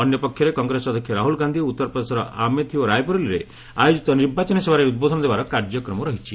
ଅନ୍ୟପକ୍ଷରେ କଂଗ୍ରେସ ଅଧ୍ୟକ୍ଷ ରାହୁଲ୍ ଗାନ୍ଧି ଉତ୍ତର ପ୍ରଦେଶର ଆମେଠି ଓ ରାୟବରେଲିଠାରେ ଆୟେଜିତ ନିର୍ବାଚନୀ ସଭାରେ ଉଦ୍ବୋଧନ ଦେବାର କାର୍ଯ୍ୟକମ ରହିଛି